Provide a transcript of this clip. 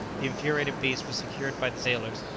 the infuriated beast was secured by the sailors,